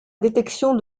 détection